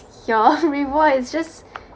your reward is just